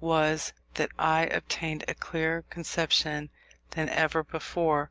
was, that i obtained a clearer conception than ever before